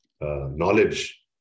knowledge